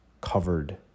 covered